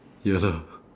ya lah